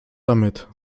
damit